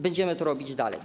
Będziemy to robić dalej.